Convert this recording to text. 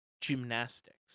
Gymnastics